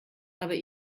aber